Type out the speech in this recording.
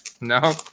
No